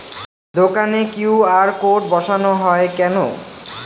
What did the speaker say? দোকানে QR code বসানো হয় কেন?